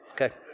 Okay